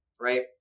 right